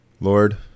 Lord